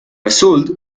result